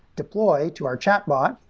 deploy to our chat bot,